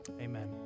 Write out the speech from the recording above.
Amen